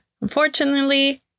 unfortunately